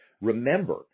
Remember